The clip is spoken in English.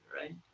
right